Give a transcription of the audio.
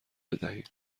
بدهیم